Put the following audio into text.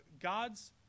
God's